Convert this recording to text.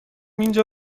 اینجا